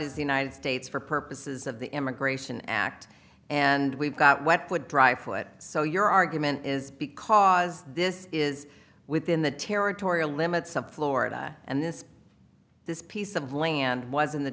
is the united states for purposes of the immigration act and we've got wet foot dry foot so your argument is because this is within the territorial limits some florida and this this piece of land was